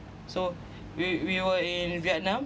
so we we were in vietnam